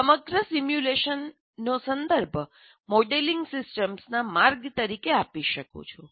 હું સમગ્ર સિમ્યુલેશનનો સંદર્ભ મોડેલિંગ સિસ્ટમ્સના માર્ગ તરીકે આપી શકું છું